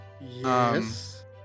Yes